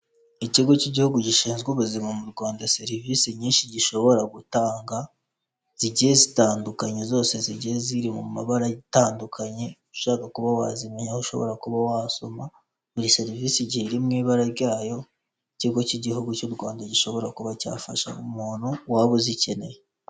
Ikigo cy'igihugu gishinzwe ubuzima mu Rwanda, serivisi nyinshi gishobora gutanga zigiye zitandukanye, zose zigiye ziri mu mabara atandukanye, ushaka kuba wazimenya, aho ushobora kuba wasoma, buri serivisi igiye iri mu ibara ryayo, ikigo cy'igihugu cy'u Rwanda gishobora kuba cyafasha umuntu waba uzikeneye.